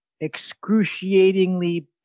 excruciatingly